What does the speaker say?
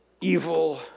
Evil